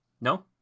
No